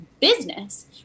business